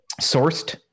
sourced